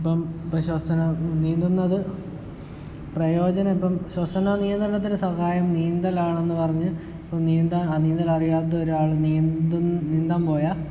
ഇപ്പോൾ ശ്വസനം നീന്തുന്നത് പ്രയോജനം ഇപ്പം ശ്വസന നിയന്ത്രണത്തിന് സഹായം നീന്തലാണ് എന്ന് പറഞ്ഞ് നീന്താൻ നീന്തൽ അറിയാത്ത ഒരാൾ നീന്ത് നീന്താൻ പോയാൽ